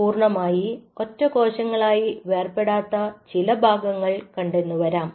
പൂർണ്ണമായി ഒറ്റ കോശങ്ങളായി വേർപെടാത്ത ചില ഭാഗങ്ങൾ കണ്ടെന്നുവരാം